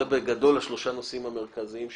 אלה שלושת הנושאים המרכזיים שנשארו.